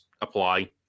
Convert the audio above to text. Apply